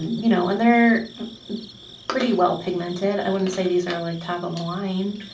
you know, and they're pretty well pigmented. i wouldn't say these are like top of the line